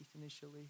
initially